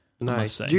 Nice